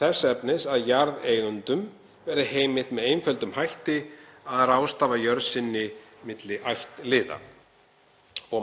þess efnis að jarðeigendum verði heimilt með einföldum hætti að ráðstafa jörð sinni milli ættliða.